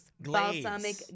Balsamic